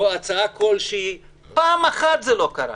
הצעה כל שהיא, פעם אחת זה לא קרה.